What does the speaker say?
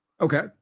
okay